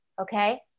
Okay